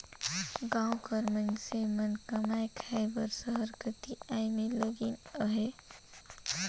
गाँव कर मइनसे मन कमाए खाए बर सहर कती आए में लगिन अहें